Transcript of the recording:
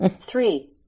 Three